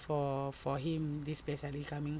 for for him this P_S_L_E coming